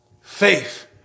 faith